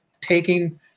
taking